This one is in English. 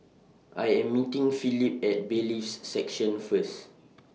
I Am meeting Philip At Bailiffs' Section First